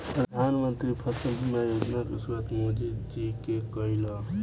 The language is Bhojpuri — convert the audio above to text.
प्रधानमंत्री फसल बीमा योजना के शुरुआत मोदी जी के कईल ह